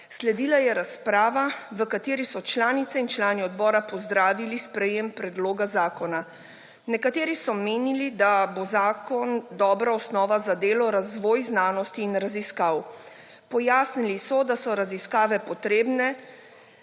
Sledila je razprava, v kateri so člani in članice odbora pozdravili sprejetje predloga zakona. Nekateri so menili, da bi bil zakon dobra osnova za delo, razvoj znanosti in raziskav. Pojasnili so, da so raziskave potrebne,